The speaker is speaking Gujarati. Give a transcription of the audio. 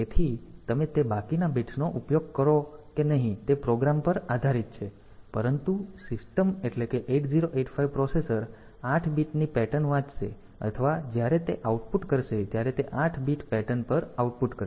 તેથી તમે તે બાકીના બિટ્સનો ઉપયોગ કરો કે નહીં તે પ્રોગ્રામ પર આધારિત છે પરંતુ સિસ્ટમ એટલે કે 8085 પ્રોસેસર 8 બીટ ની પેટર્ન વાંચશે અથવા જ્યારે તે આઉટપુટ કરશે ત્યારે તે 8 બીટ પેટર્ન પર આઉટપુટ કરશે